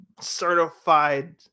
certified